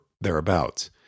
thereabouts